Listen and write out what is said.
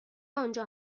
آنجا